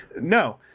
no